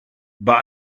bei